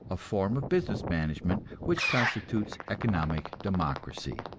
a form of business management which constitutes economic democracy.